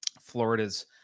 Florida's